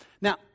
Now